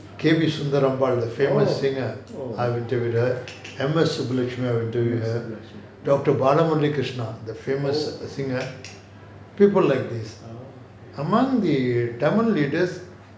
K_B sundarambal the famous singer I interviewed her M_S subbhulakshmi I interviewed her doctor balamuralikrishna the famous singer people like these among the tamil leaders